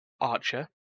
Archer